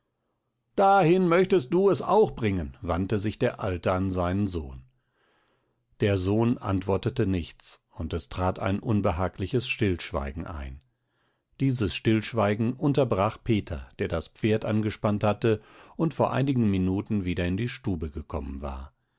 dahin möchtest du es auch bringen wandte sich der alte an seinen sohn der sohn antwortete nichts und es trat ein unbehagliches stillschweigen ein dieses stillschweigen unterbrach peter der das pferd angespannt hatte und vor einigen minuten wieder in die stube gekommen war